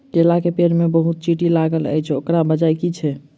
केला केँ पेड़ मे बहुत चींटी लागल अछि, ओकर बजय की छै?